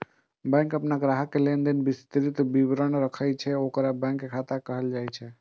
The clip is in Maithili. बैंक अपन ग्राहक के लेनदेन के विस्तृत विवरण राखै छै, ओकरे बैंक खाता कहल जाइ छै